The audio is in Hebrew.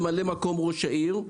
ממלא מקום ראש העיר.